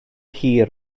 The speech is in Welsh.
hir